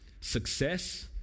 success